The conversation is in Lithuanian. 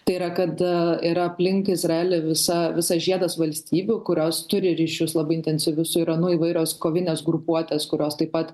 tai yra kad yra aplink izraelį visa visas žiedas valstybių kurios turi ryšius labai intensyvius su iranu įvairios kovinės grupuotės kurios taip pat